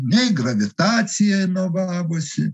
nei gravitacija inovavosi